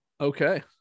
Okay